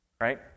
right